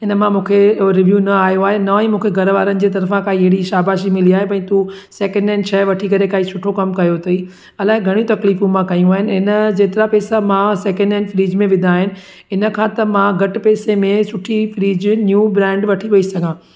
हिन मां मूंखे रिव्यू न आयो आहे न ई मूंखे घर वारनि जी तरिफ़ा काई अहिड़ी शाबाशी मिली आहे भई तूं सैकेंड हैंड शइ वठी करे काई सुठो कमु कयो अथई अलाए घणी तकलीफ़ूं मां कयूं आहिनि हिन जेतिरा पैसा मां सेकेंड हैंड फ्रिज में विधा आहिनि हिन खां त मां घटि पैसे में सुठी फ्रिज न्यूं ब्रांड वठी पेई सघां